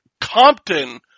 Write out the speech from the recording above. Compton